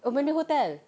oh mandarin hotel